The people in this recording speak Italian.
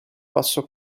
basso